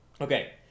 Okay